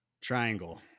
triangle